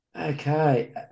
Okay